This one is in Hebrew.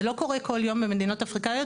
זה לא קורה כל יום במדינות אפריקאיות,